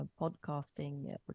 podcasting